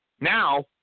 Now